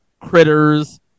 Critters